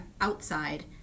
outside